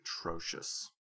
atrocious